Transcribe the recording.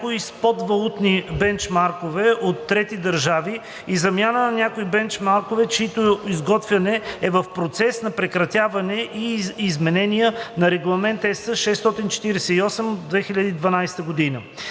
спот валутни бенчмаркове от трети държави и замяната на някои бенчмаркове, чието изготвяне е в процес на прекратяване и за изменение на Регламент (ЕС) № 648/2012. Една